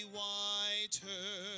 whiter